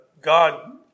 God